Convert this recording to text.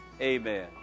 Amen